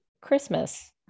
Christmas